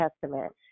Testament